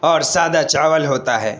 اور سادہ چاول ہوتا ہے